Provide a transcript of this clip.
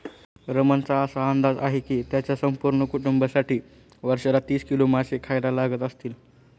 रमणचा असा अंदाज आहे की त्याच्या संपूर्ण कुटुंबासाठी वर्षाला तीस किलो मासे खायला लागत असतील